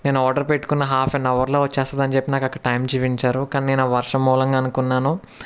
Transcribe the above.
నేను ఆర్డర్ పెట్టుకున్న half an అవర్లో వచ్చేస్తుంది అని చెప్పి నాకు అక్కడ టైం చూపించారు కానీ నేను ఆ వర్షం మూలంగా అనుకున్నాను